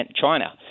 China